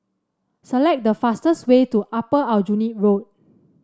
select the fastest way to Upper Aljunied Road